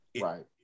Right